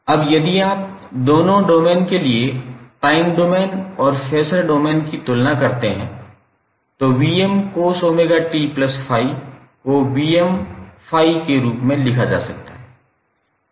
अब यदि आप दोनों डोमेन के लिए टाइम डोमेन और फेसर डोमेन की तुलना करते हैं तो 𝑉𝑚cos𝜔𝑡∅ को 𝑉𝑚∠∅ के रूप में लिखा जा सकता है